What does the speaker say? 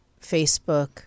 Facebook